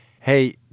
Hey